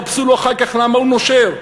יחפשו אחר כך למה הוא נושר.